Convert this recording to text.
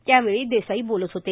त्यावेळी देसाई बोलत होते